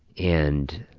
and